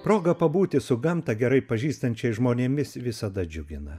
proga pabūti su gamtą gerai pažįstančiais žmonėmis visada džiugina